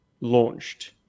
launched